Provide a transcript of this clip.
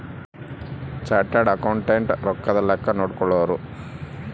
chartered accountant ರೊಕ್ಕದ್ ಲೆಕ್ಕ ನೋಡ್ಕೊಳೋರು